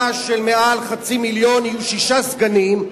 של יותר מחצי מיליון יהיו שישה סגנים,